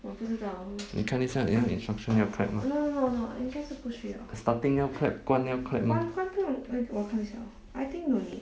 你看一下那个 instruction 要 clap mah stating 要 clap 关要 clap mah